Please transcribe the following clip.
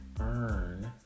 earn